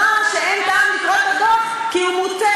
כי מדינת ישראל מראש אמרה שאין טעם לקרוא את הדוח כי הוא מוטה.